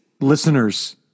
Listeners